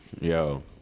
Yo